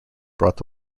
brought